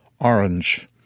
Orange